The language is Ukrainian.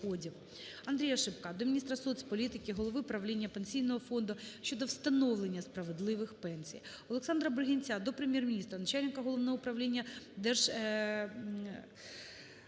АндріяШипка до міністра соцполітики, голови правління Пенсійного фонду щодо встановлення справедливих пенсій. ОлександраБригинця до Прем'єр-міністра, начальника Головного Управління Держпродспоживслужби